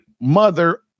mother